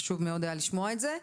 חשוב מאוד היה לשמוע את זה.